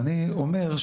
אני אומר,